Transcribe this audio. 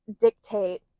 dictate